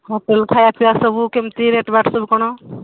hotel ଖାଇବା ପିଇବା ସବୁ କେମିତି ରେଟ୍ ବାଟ୍ ସବୁ କ'ଣ